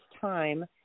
time